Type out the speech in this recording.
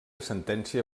sentència